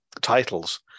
titles